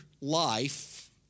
life